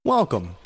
Welcome